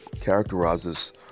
characterizes